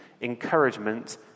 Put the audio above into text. encouragement